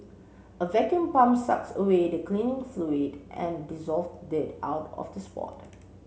a vacuum pump sucks away the cleaning fluid and dissolved dirt out of the spot